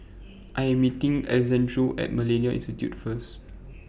I Am meeting Alexandro At Millennia Institute First